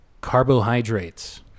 carbohydrates